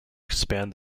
expand